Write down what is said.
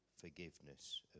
forgiveness